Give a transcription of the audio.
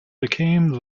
became